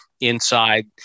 inside